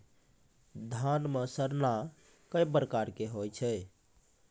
धान म सड़ना कै प्रकार के होय छै?